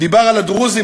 דיבר על הדרוזים,